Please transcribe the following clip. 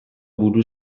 buru